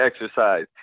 exercise